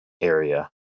area